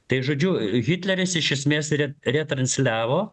tai žodžiu hitleris iš esmės re retransliavo